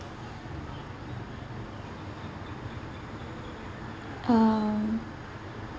uh